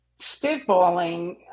spitballing